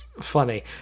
funny